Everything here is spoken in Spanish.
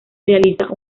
realiza